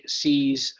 sees